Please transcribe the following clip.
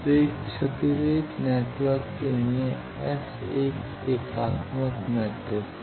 तो एक क्षतिरहित नेटवर्क के लिए S एकात्मक मैट्रिक्स है